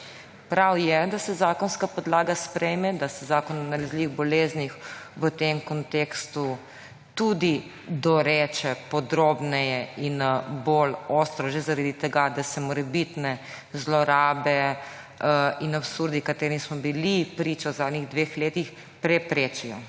Prav je, da se zakonska podlaga sprejme, da se zakon o nalezljivih boleznih v tem kontekstu tudi doreče podrobneje in bolj ostro že zaradi tega, da se morebitne zlorabe in absurdi, ki smo jim bili priča v zadnjih dveh letih, preprečijo.